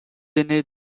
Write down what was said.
aîné